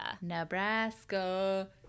Nebraska